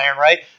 right